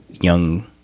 young